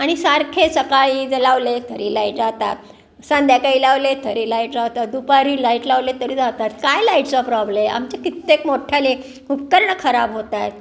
आणि सारखे सकाळी जर लावले तरी लाईट जातात संध्याकाळी लावले तरी लाईट जातात दुपारी लाईट लावले तरी जातात काय लाईटचा प्रॉब्लेम आमचे कित्येक मोठाले उपकरणं खराब होत आहेत